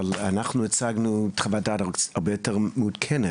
כן, אבל אנחנו הצגנו חוות דעת הרבה יותר מעודכנת.